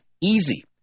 easy